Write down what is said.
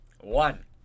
One